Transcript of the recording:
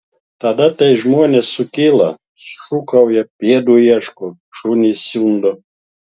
tada tai žmonės sukyla šūkauja pėdų ieško šunis siundo